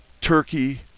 turkey